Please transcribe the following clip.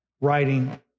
writing